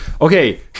Okay